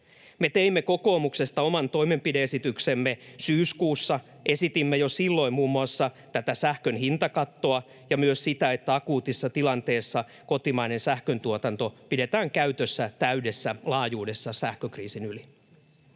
Me kokoomuksesta teimme oman toimenpide-esityksemme syyskuussa. Esitimme jo silloin muun muassa tätä sähkön hintakattoa ja myös sitä, että akuutissa tilanteessa kotimainen sähköntuotanto pidetään käytössä täydessä laajuudessa sähkökriisin yli.